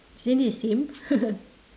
isn't the same